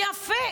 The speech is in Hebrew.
יפה.